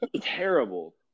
terrible